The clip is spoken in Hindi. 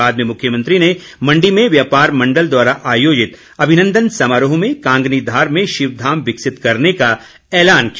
बाद में मुख्यमंत्री ने मण्डी में व्यापार मण्डल द्वारा आयोजित अभिनन्दन समारोह में कांगनी धार में शिवधाम विकसित करने का ऐलान किया